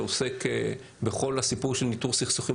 שעוסק בכל הסיפור של ניטור סכסוכים,